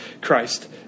Christ